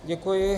Děkuji.